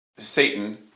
satan